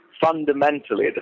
fundamentally